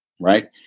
Right